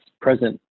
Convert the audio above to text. present